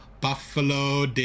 Buffalo